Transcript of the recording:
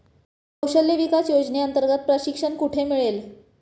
कौशल्य विकास योजनेअंतर्गत प्रशिक्षण कुठे मिळेल?